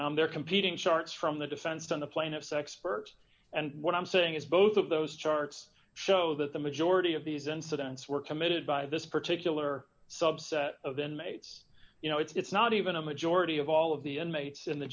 dollars they're competing charts from the defense and the plaintiffs experts and what i'm saying is both of those charts show that the majority of these incidents were committed by this particular subset of inmates you know it's not even a majority of all of the inmates in the